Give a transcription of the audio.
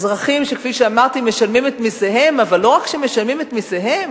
אזרחים שכפי שאמרתי משלמים את מסיהם,